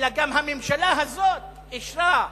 אלא גם הממשלה הזאת אישרה,